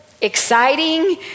exciting